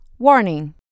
Warning